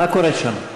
מה קורה שם?